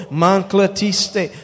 manclatiste